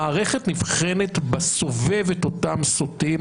המערכת נבחנת בסובב את אותם סוטים: